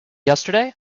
yesterday